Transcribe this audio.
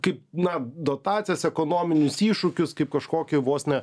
kaip na dotacijas ekonominius iššūkius kaip kažkokį vos ne